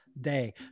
day